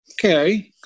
Okay